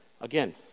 Again